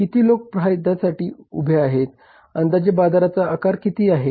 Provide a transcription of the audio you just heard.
किती लोक फायद्यासाठी उभे आहेत अंदाजे बाजाराचा आकार किती आहे